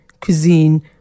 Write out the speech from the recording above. cuisine